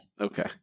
Okay